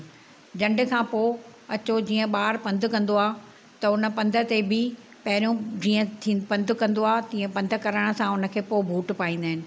झंड खां पोइ अचो ॿार जीअं पंधु कंदो आहे त उन पंध ते बि पहिरियों जीअं पंधु कंदो आहे पंध करण सां हुनखे पोइ बूट पाईंदा आहिनि